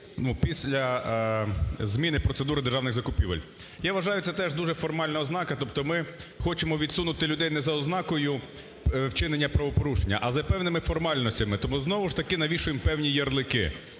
після зміни процедури державних закупівель. Я вважаю, це теж дуже формальна ознака. Тобто ми хочемо відсунути людей не за ознакою вчинення правопорушення, а за певними формальностями, тому знову ж таки навішуємо певні ярлики.